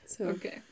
Okay